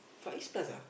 Far-East-Plaza